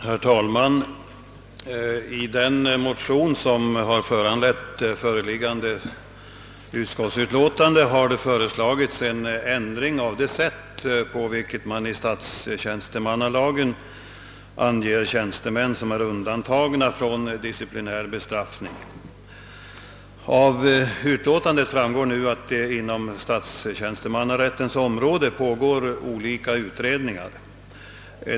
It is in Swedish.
Herr talman! I den motion som har föranlett föreliggande utskottsutlåtande har föreslagits en ändring av det sätt på vilket man i statstjänstemannalagen anger tjänstemän som är undantagna från disciplinär bestraffning. Av utlåtandet framgår nu att det inom statstjänstemannarättens område pågår olika utredningar.